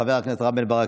חבר הכנסת רם בן ברק,